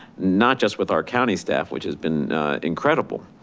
not just with our county staff, which has been incredible,